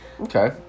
okay